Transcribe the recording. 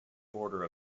border